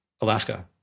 Alaska